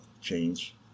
change